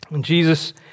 Jesus